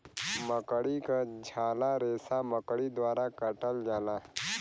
मकड़ी क झाला रेसा मकड़ी द्वारा काटल जाला